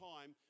time